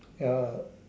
ya